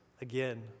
again